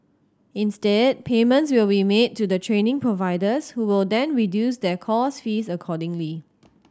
instead payments will be made to the training providers who will then reduce their course fees accordingly